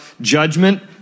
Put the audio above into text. judgment